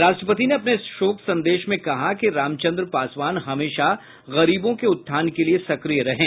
राष्ट्रपति ने अपने शोक संदेश में कहा कि रामचंद्र पासवान हमेशा गरीबों के उत्थान के लिए सक्रिय रहें